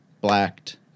blacked